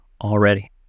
already